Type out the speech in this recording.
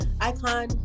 Icon